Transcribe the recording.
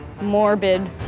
morbid